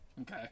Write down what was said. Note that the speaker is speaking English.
Okay